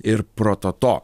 ir prototo